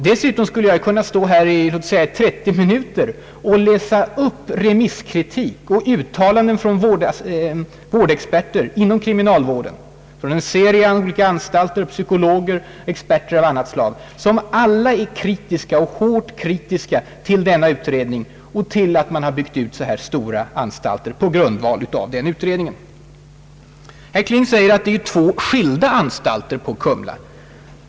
Dessutom skulle jag kunna stå här och läsa upp, under låt mig säga 30 minuter, remisskritik och uttalanden från vårdexperter inom kriminalvården, psykologer och experter av annat slag, som alla är starkt kritiska mot denna utredning och mot att man byggt ut så här stora anstalter på grundval av den. Herr Kling säger att det är två skilda anstalter på Kumla.